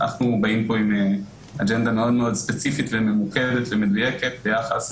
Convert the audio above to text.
אנחנו באים עם אג'נדה מאוד ספציפית וממוקדת ומדויקת ביחס